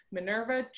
Minerva